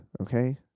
okay